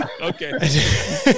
okay